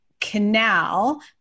canal